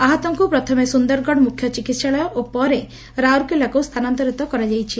ଆହତଙ୍କୁ ପ୍ରଥମେ ସୁନ୍ଦରଗଡ଼ ମୁଖ୍ୟ ଚିକିହାଳୟ ଓ ପରେ ରାଉରକେଲାକୁ ସ୍ଥାନାନ୍ତରିତ କରାଯାଇଛି